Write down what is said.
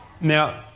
Now